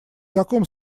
каком